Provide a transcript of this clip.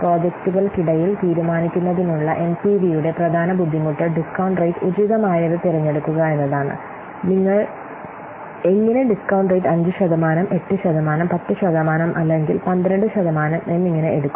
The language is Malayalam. പ്രോജക്റ്റുകൾക്കിടയിൽ തീരുമാനിക്കുന്നതിനുള്ള എൻപിവിയുടെ പ്രധാന ബുദ്ധിമുട്ട് ഡിസ്കൌണ്ട് റേറ്റ് ഉചിതമായത് തിരഞ്ഞെടുക്കുക എന്നതാണ് നിങ്ങൾ എങ്ങനെ ഡിസ്കൌണ്ട് റേറ്റ് 5 ശതമാനം 8 ശതമാനം 10 ശതമാനം അല്ലെങ്കിൽ 12 ശതമാനം എന്നിങ്ങനെ എടുക്കും